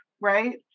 right